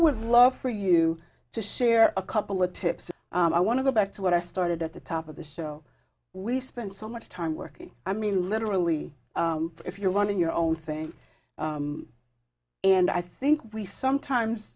would love for you to share a couple of tips i want to go back to when i started at the top of the show we spend so much time working i mean literally if you're running your own thing and i think we sometimes